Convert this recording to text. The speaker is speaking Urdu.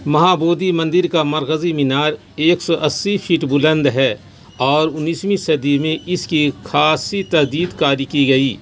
مہابودی مندر کا مرکزی مینار ایک سو اسّی فٹ بلند ہے اور انیسویں صدی میں اس کی خاصی تجدید کاری کی گئی